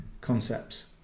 concepts